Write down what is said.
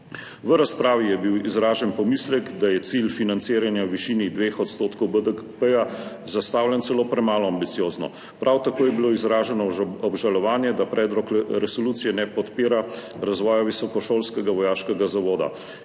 V razpravi je bil izražen pomislek, da je cilj financiranja v višini 2 % BDP zastavljen celo premalo ambiciozno. Prav tako je bilo izraženo obžalovanje, da predlog resolucije ne podpira razvoja visokošolskega vojaškega zavoda.